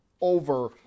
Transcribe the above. over